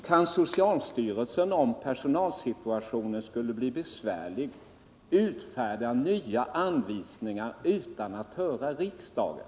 Kan socialstyrelsen, om personalsituationen skulle bli besvärlig, utfärda nya anvisningar utan att höra riksdagen?